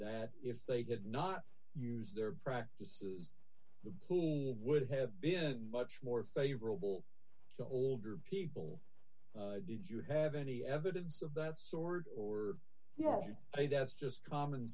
that if they did not use their practices the pulled would have been much more favorable to older people did you have any evidence of that sort or yes that's just common